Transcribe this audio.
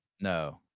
no